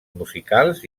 musicals